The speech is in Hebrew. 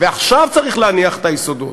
ועכשיו צריך להניח את היסודות.